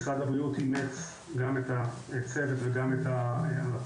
משרד הבריאות אימץ גם את הצוות וגם את ההמלצות,